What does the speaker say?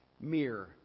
mere